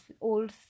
old